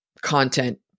content